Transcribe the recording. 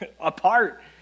apart